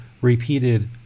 repeated